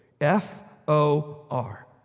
F-O-R